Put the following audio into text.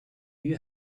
you